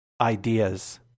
ideas